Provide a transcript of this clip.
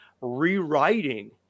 rewriting